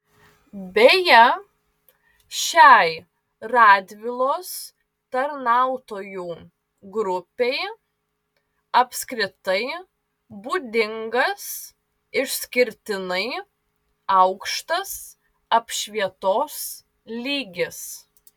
beje šiai radvilos tarnautojų grupei apskritai būdingas išskirtinai aukštas apšvietos lygis